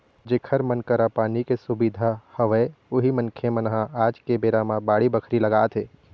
जेखर मन करा पानी के सुबिधा हवय उही मनखे मन ह आज के बेरा म बाड़ी बखरी लगाथे